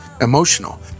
emotional